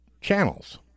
channels